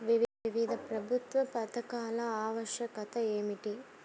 వివిధ ప్రభుత్వా పథకాల ఆవశ్యకత ఏమిటి?